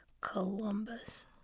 Columbus